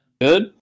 good